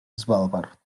svalbard